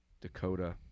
Dakota